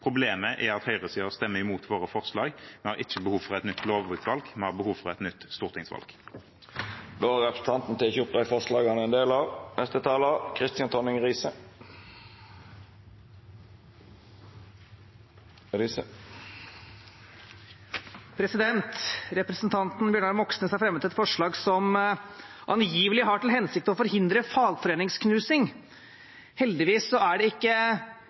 Problemet er at høyresiden stemmer imot våre forslag. Vi har ikke behov for et nytt lovutvalg – vi har behov for et nytt stortingsvalg. Representanten Eigil Knutsen har teke opp dei forslaga han refererte til. Representanten Bjørnar Moxnes har fremmet et forslag som angivelig har til hensikt å forhindre fagforeningsknusing. Heldigvis er det ikke